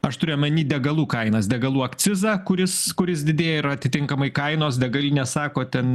aš turiu omeny degalų kainas degalų akcizą kuris kuris didėja ir atitinkamai kainos degalinės sako ten